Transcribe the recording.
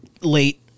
late